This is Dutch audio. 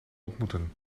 ontmoeten